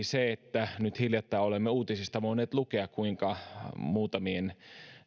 se että nyt hiljattain olemme uutisista voineet lukea kuinka näiden muutamien